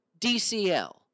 DCL